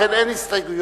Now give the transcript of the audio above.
לכן, אין הסתייגויות,